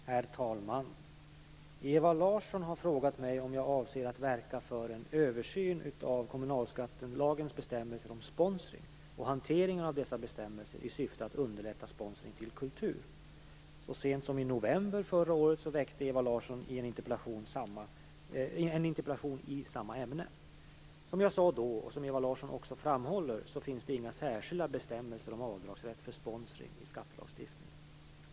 Herr talman! Ewa Larsson har frågat mig om jag avser att verka för en översyn av kommunalskattelagens bestämmelser om sponsring och hanteringen av dessa bestämmelser i syfte att underlätta sponsring till kultur. Så sent som i november förra året väckte Ewa Som jag sade då och som Ewa Larsson också framhåller så finns det inga särskilda bestämmelser om avdragsrätt för sponsring i skattelagstiftningen.